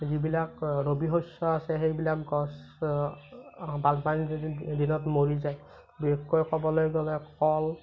যিবিলাক ৰবি শস্য় আছে সেইবিলাক গছ বানপানীৰ দিন দিনত মৰি যায় বিশেষকৈ ক'বলৈ গ'লে কল